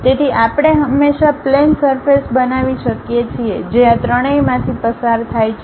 તેથી આપણે હંમેશાં પ્લેન સરફેસ બનાવી શકીએ છીએ જે આ ત્રણેયમાંથી પસાર થાય છે